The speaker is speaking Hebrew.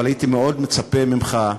אבל הייתי מאוד מצפה ממך,